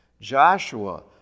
Joshua